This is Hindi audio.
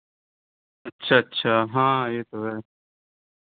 अच्छा अच्छा हाँ यह तो है